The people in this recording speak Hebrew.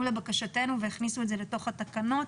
לבקשתנו והכניסו את זה לתוך התקנות.